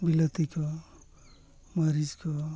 ᱵᱤᱞᱟᱹᱛᱤ ᱠᱚ ᱢᱟᱹᱨᱤᱪ ᱠᱚ